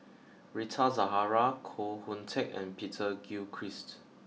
Rita Zahara Koh Hoon Teck and Peter Gilchrist